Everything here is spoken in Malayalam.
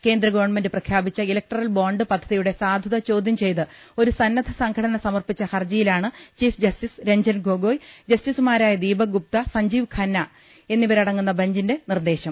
കേന്ദ്രഗവൺമെന്റ് പ്രഖ്യാപിച്ച ഇലക്ടറൽ ബോണ്ട് പദ്ധതിയുടെ സാധുത ചോദ്യം ചെയ്ത് ഒരു സന്നദ്ധ സംഘടന സമർപ്പിച്ച ഹർജിയിലാണ് ചീഫ് ജസ്റ്റിസ് രഞ്ജൻ ഗൊഗോയി ജസ്റ്റിസുമാരായ ദീപക് ഗുപ്ത സഞ്ജീവ് ഖന്ന എന്നിവരടങ്ങുന്ന ബെഞ്ചിന്റെ നിർദേശം